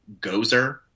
Gozer